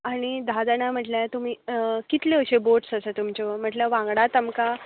आनी धा जाणा म्हटल्यार तुमी कितल्यो अश्यो बोट्स आसा तुमच्यो म्हटल्यार वांगडात आमकां